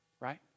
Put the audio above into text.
right